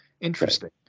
Interesting